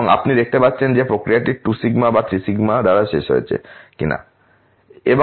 এবং আপনি দেখতে পাচ্ছেন যে প্রক্রিয়াটি 2σ বা 3σ দ্বারা শেষ হয়েছে কিনা